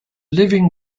living